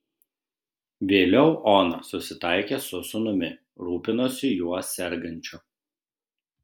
vėliau ona susitaikė su sūnumi rūpinosi juo sergančiu